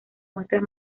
muestras